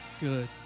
good